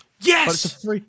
Yes